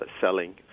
selling